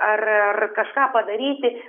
ar ar kažką padaryti